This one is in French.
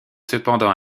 cependant